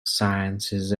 sciences